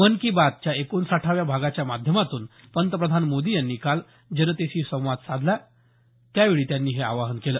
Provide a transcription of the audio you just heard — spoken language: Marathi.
मन की बातच्या एकोणसाठाव्या भागाच्या माध्यमातून पंतप्रधान मोदी यांनी काल जनतेशी संवाद साधला त्यावेळी त्यांनी हे आवाहन केलं